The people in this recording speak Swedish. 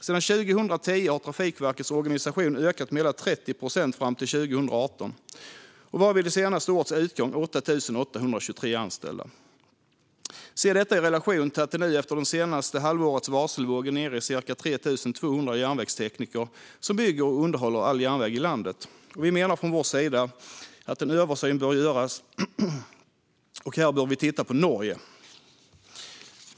Sedan 2010 har den ökat med hela 30 procent fram till 2018 och bestod vid det årets utgång av 8 823 anställda. Se det i relation till att antalet järnvägstekniker, som bygger och underhåller all järnväg i landet, efter det senaste halvårets varselvåg är nere i ca 3 200. Vi menar att en översyn bör göras. Här kan vi titta på Norge.